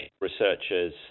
researchers